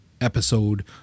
episode